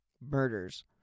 murders